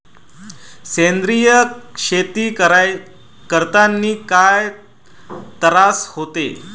सेंद्रिय शेती करतांनी काय तरास होते?